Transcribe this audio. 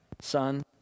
son